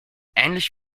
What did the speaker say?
ähnlich